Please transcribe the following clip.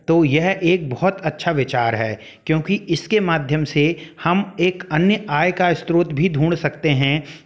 तो यह एक बहुत अच्छा विचार है क्योंकि इसके माध्यम से हम एक अन्य आय का स्रोत भी ढूंढ सकते हैं